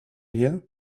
her